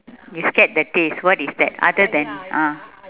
you scared the taste what is that other than ah